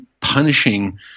punishing